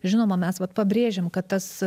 žinoma mes vat pabrėžiam kad tas